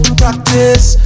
practice